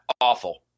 awful